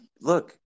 look